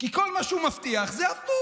כי כל מה שהוא מבטיח, זה הפוך.